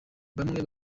bamwe